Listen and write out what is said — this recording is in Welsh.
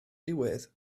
diwedd